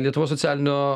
lietuvos socialinių